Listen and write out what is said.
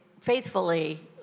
faithfully